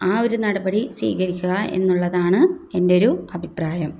ആ ഒരു നടപടി സ്വീകരിക്കുക എന്നുള്ളതാണ് എൻ്റെ ഒരു അഭിപ്രായം